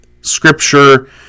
scripture